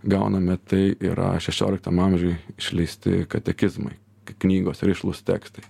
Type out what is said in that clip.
gauname tai yra šešioliktam amžiuj išleisti katekizmai knygos rišlūs tekstai